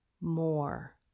more